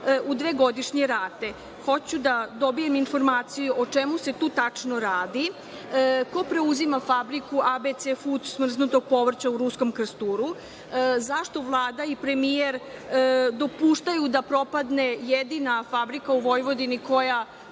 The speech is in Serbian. u dve godišnje rate. Hoću da dobijem informaciju o čemu se tu tačno radi, ko preuzima fabriku „ABC Fud“ smrznutog povrća u Ruskom Krsturu, zašto Vlada i premijer dopuštaju da propadne jedina fabrika u Vojvodini koja